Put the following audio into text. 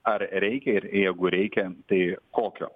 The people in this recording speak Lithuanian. ar reikia ir jeigu reikia tai kokio